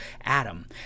Adam